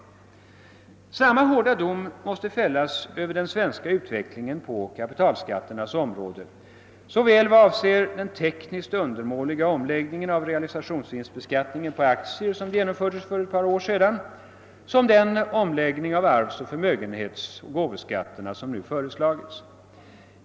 Samma hårda dom måste fällas över utvecklingen i vårt land på kapitalskatternas område vad avser såväl den tekniskt undermåliga omläggning av realisationsvinstbeskattningen på aktier som genomfördes för ett par år sedan som den omläggning av arvs-, förmögenhetsoch gåvoskatterna som nu föreslagits.